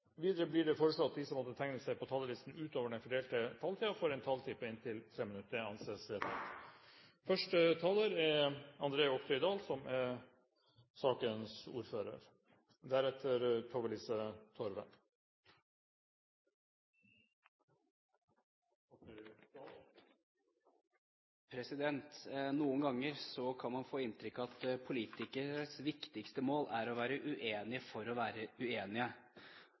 Videre blir det foreslått at de som måtte tegne seg på talerlisten utover den fordelte taletid, får en taletid på inntil 3 minutter. – Det anses vedtatt. Noen ganger kan man få inntrykk av at politikeres viktigste mål er å være uenige for å være uenige.